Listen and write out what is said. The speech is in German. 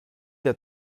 der